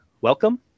welcome